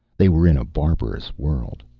they were in a barbarous world.